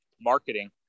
marketing